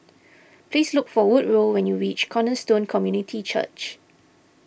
please look for Woodrow when you reach Cornerstone Community Church